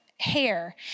hair